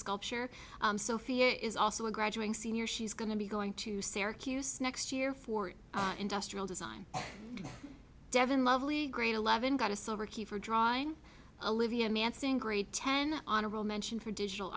sculpture sophia is also a graduating senior she's going to be going to serach use next year for industrial design devon lovely grade eleven got a silver key for drawing a livia mansingh grade ten honorable mention for digital